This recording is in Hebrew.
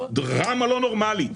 דרמה לא נורמלית,